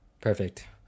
perfect